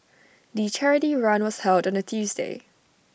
the charity run was held on A Tuesday